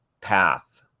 path